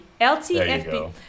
LTFB